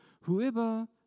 Whoever